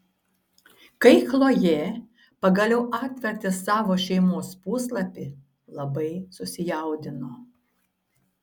kai chlojė pagaliau atvertė savo šeimos puslapį labai susijaudino